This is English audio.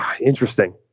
Interesting